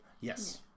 Yes